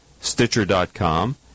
Stitcher.com